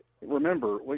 remember